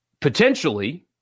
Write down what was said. potentially